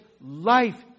life